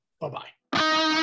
Bye-bye